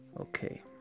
Okay